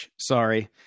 Sorry